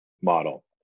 model